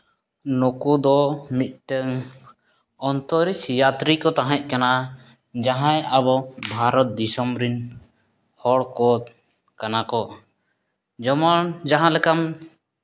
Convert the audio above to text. ᱱᱩᱠᱩ ᱫᱚ ᱢᱤᱫᱴᱟᱹᱝ ᱚᱱᱛᱚᱨᱥᱤᱭᱟᱛᱨᱤ ᱠᱚ ᱛᱟᱦᱮᱸᱜ ᱠᱟᱱᱟ ᱡᱟᱦᱟᱸᱭ ᱟᱵᱚ ᱵᱷᱟᱨᱚᱛ ᱫᱤᱥᱚᱢ ᱨᱮᱱ ᱦᱚᱲ ᱠᱚ ᱠᱟᱱᱟ ᱠᱚ ᱡᱮᱢᱚᱱ ᱡᱟᱦᱟᱸ ᱞᱮᱠᱟᱱ